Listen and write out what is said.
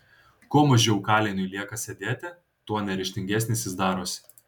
kuo mažiau kaliniui lieka sėdėti tuo neryžtingesnis jis darosi